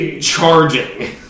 charging